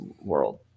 world